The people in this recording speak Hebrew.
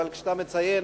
אבל כשאתה מציין,